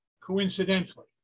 coincidentally